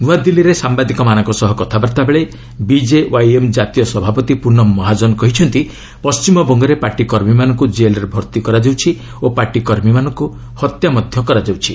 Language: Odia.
ନୃଆଦିଲ୍ଲୀରେ ସାମ୍ବାଦିକମାନଙ୍କ ସହ କଥାବାର୍ତ୍ତା ବେଳେ ବିକେୱାଇଏମ୍ ଜାତୀୟ ସଭାପତି ପୁନମ ମହାଜନ କହିଛନ୍ତି ପଣ୍ଟିମବଙ୍ଗରେ ପାର୍ଟି କର୍ମୀମାନଙ୍କୁ ଜେଲ୍ରେ ଭର୍ତ୍ତି କରାଯାଉଛି ଓ ପାର୍ଟି କର୍ମୀମାନଙ୍କୁ ମଧ୍ୟ ହତ୍ୟା କରାଯାଉଛି